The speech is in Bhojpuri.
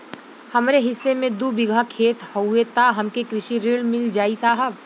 हमरे हिस्सा मे दू बिगहा खेत हउए त हमके कृषि ऋण मिल जाई साहब?